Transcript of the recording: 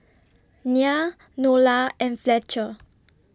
Nya Nola and Fletcher